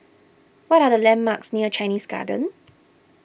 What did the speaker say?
what are the landmarks near Chinese Garden